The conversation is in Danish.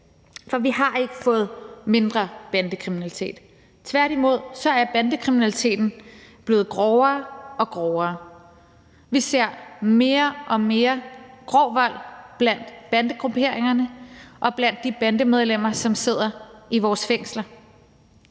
For vi har ikke fået mindre bandekriminalitet, tværtimod er bandekriminaliteten blevet grovere og grovere. Vi ser mere og mere grov vold blandt bandegrupperingerne og blandt de bandemedlemmer, som sidder i vores fængsler.